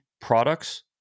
products